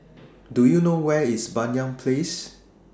Do YOU know Where IS Banyan Place